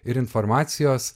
ir informacijos